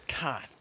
God